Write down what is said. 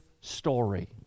story